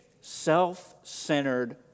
self-centered